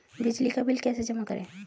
बिजली का बिल कैसे जमा करें?